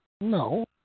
No